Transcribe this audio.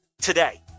today